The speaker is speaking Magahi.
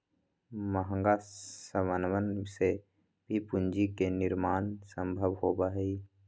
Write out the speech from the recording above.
महंगा समनवन से भी पूंजी के निर्माण सम्भव होबा हई